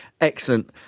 excellent